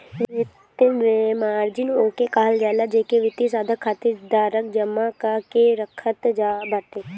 वित्त में मार्जिन ओके कहल जाला जेके वित्तीय साधन खातिर धारक जमा कअ के रखत बाटे